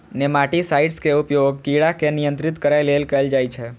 nematicides के उपयोग कीड़ा के नियंत्रित करै लेल कैल जाइ छै